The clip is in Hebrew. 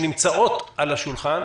שנמצאות על השולחן,